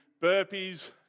burpees